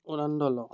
আনন্দ লওঁ